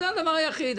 זה הדבר היחיד.